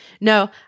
No